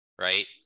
right